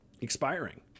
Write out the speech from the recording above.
expiring